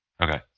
Okay